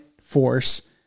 force